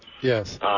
yes